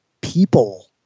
people